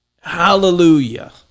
Hallelujah